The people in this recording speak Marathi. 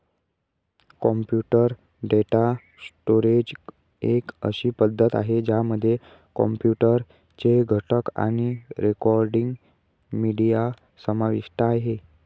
कॉम्प्युटर डेटा स्टोरेज एक अशी पद्धती आहे, ज्यामध्ये कॉम्प्युटर चे घटक आणि रेकॉर्डिंग, मीडिया समाविष्ट आहे